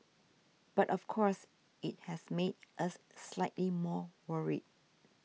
but of course it has made us slightly more worried